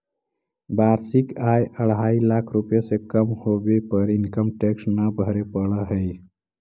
वार्षिक आय अढ़ाई लाख रुपए से कम होवे पर इनकम टैक्स न भरे पड़ऽ हई